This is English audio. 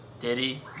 Diddy